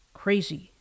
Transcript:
crazy